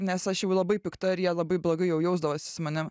nes aš jau labai pikta ir jie labai blogai jau jausdavosi su manim